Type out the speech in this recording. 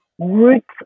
roots